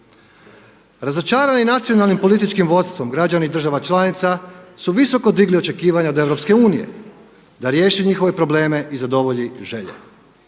Razočarani nacionalnim političkim vodstvom građani država članica su visoko digli očekivanja od EU da riješi njihove probleme i zadovolji želje.